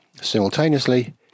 Simultaneously